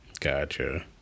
gotcha